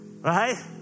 Right